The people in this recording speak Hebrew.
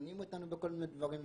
שמתקנים אותנו בכל מיני דברים מסוימים,